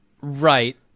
right